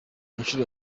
inshuro